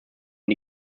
und